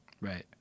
Right